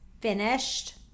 finished